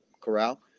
Corral